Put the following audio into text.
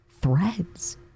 threads